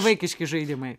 vaikiški žaidimai